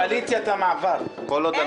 קואליציית המעבר.